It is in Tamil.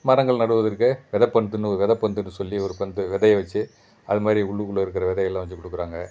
மரங்கள் நடுவதற்கு வெதைப்பந்துன்னு வெதைப்பந்தென்னு சொல்லி ஒரு பந்து விதைய வெச்சு அது மாதிரி உள்ளுக்குள்ளே இருக்கிற விதையெல்லாம் வெச்சு கொடுக்கறாங்க